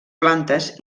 plantes